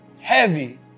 heavy